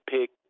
pick